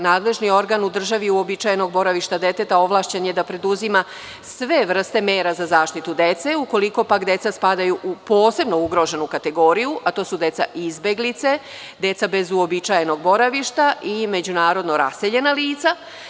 Nadležni organ u državi uobičajnog boravišta deteta ovlašćen je da preduzima sve vrste mera za zaštitu dece, ukoliko pak deca spadaju u posebno ugroženu kategoriju, a to su deca izbeglice, deca bez uobičajnog boravišta i međunarodno raseljena lica.